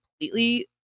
completely